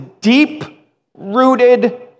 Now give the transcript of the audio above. deep-rooted